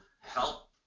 help